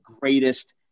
greatest